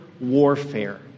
warfare